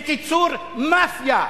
בקיצור מאפיה.